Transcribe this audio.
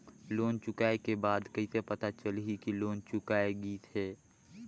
Loan चुकाय के बाद कइसे पता चलही कि लोन चुकाय गिस है?